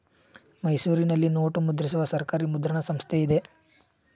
ಮೈಸೂರಿನಲ್ಲಿ ನೋಟು ಮುದ್ರಿಸುವ ಸರ್ಕಾರಿ ಮುದ್ರಣ ಸಂಸ್ಥೆ ಇದೆ